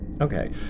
Okay